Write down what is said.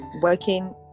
working